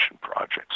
projects